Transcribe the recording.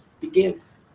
begins